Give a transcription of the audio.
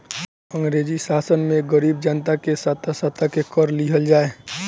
अंग्रेजी शासन में गरीब जनता के सता सता के कर लिहल जाए